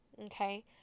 Okay